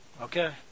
Okay